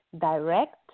direct